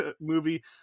movie